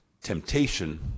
temptation